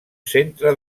centre